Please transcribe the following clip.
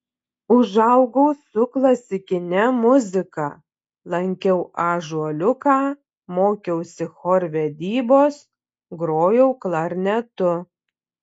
užaugau su klasikine muzika lankiau ąžuoliuką mokiausi chorvedybos grojau klarnetu